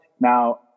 Now